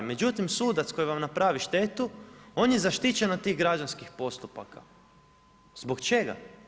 Međutim, sudac koji vam napravi štetu, on je zaštićen od tih građanskih postupaka, zbog čega?